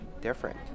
different